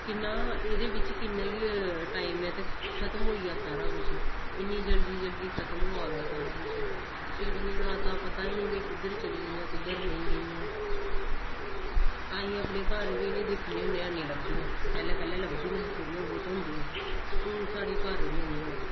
किन्ना एह्दे बिच्च किन्ना गै टाइम ऐ ते खतम होई गेआ सारा कुछ इन्नी जल्दी जल्दी खतम होआ दा सारा कुछ चिड़ियें दा अता पता गै निं कुद्धर चली गेइयां कुद्धर नेईं गेइयां असीं अपने घर बी इ'नेंगी दिक्खने होन्ने आं है नी लभदियां पैह्लें पैह्लें लभदियां हां थोह्ड़ियां बौह्त होंदियां हां हून साढ़े घर बी है नी हैन